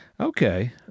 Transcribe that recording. Okay